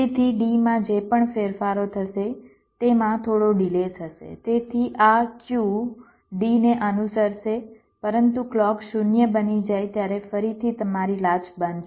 તેથી D માં જે પણ ફેરફારો થશે તેમાં થોડો ડિલે થશે તેથી આ Q D ને અનુસરશે પરંતુ ક્લૉક 0 બની જાય ત્યારે ફરીથી તમારી લાચ બંધ છે